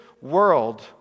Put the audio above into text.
world